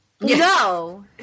No